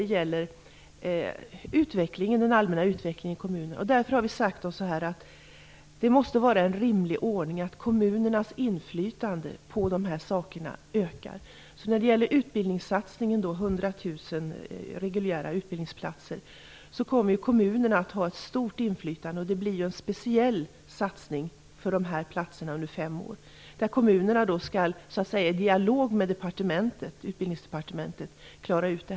Det gäller även den allmänna utvecklingen i kommunerna. Därför har vi sagt oss att det måste vara en rimlig ordning att kommunernas inflytande på de här sakerna ökar. När det gäller utbildningssatsningen, 100 000 reguljära utbildningsplatser, kommer därför kommunerna att ha ett stort inflytande. Det blir en speciell satsning på de här platserna under fem år. Detta skall kommunerna i dialog med Utbildningsdepartementet klara ut.